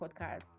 podcast